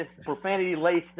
profanity-laced